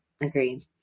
agreed